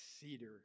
cedar